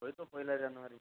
ওই তো পয়লা জানুয়ারি